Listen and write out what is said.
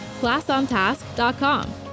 classontask.com